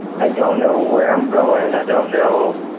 i don't know where i'm going i don't know.